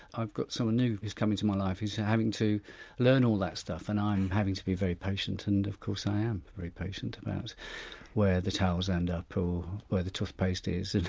i've got someone new who's come into my life who's having to learn all that stuff and i'm having to be very patient and of course i am very patient about where the towels end up or where the toothpaste is.